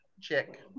check